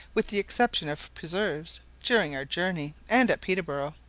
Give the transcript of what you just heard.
with the exception of preserves, during our journey, and at peterborough.